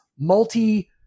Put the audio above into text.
multi